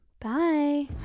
Bye